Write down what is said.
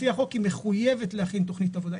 לפי החוק היא מחויבת להכין תוכנית עבודה.